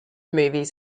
movies